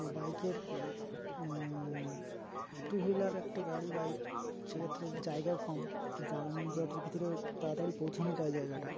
তো বাইকের two wheeler একটা গাড়ি বাইক সে ক্ষেত্রে জায়গাও কম যানজটের ভিতরে তাড়াতাড়ি পৌঁছানো যায় জায়গাটা